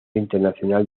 internacional